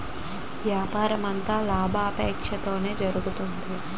వ్యాపారమంతా లాభాపేక్షతోనే జరుగుతుంది